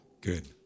Good